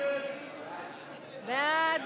קבוצת סיעת